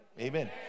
Amen